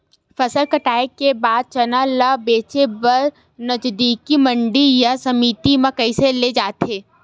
फसल कटाई के बाद चना ला बेचे बर नजदीकी मंडी या समिति मा कइसे ले जाथे?